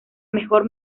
mejor